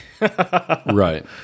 Right